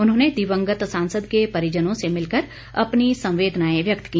उन्होंने दिवंगत सांसद के परिजनों से मिलकर अपनी संवेदनाएं व्यक्त की